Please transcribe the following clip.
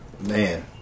man